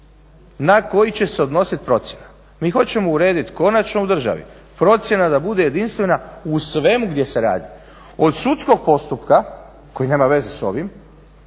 na koji će se odnosit procjena. Mi hoćemo uredit konačno u državi, procjena da bude jedinstvena u svemu gdje se radi. Od sudskog postupka koji nema veze s ovim,